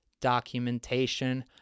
documentation